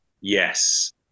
Yes